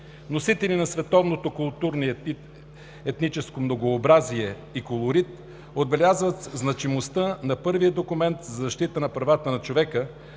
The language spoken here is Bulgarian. носители на световното културно етническо многообразие и колорит, отбелязват значимостта на първия документ за защита на правата на човека,